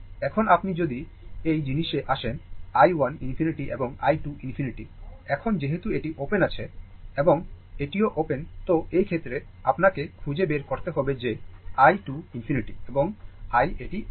এখন আপনি যদি এই জিনিসে আসেন i 1 ∞ এবং i 2 ∞ এখন যেহেতু এটি ওপেন আছে এবং এটিও ওপেন তো এই ক্ষেত্রে আপনাকে খুঁজে বের করতে হবে যে i 2 ∞ এবং i এটি ওপেন